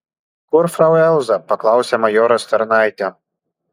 kur frau elza paklausė majoras tarnaitę